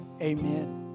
amen